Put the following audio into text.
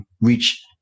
reach